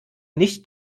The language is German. nicht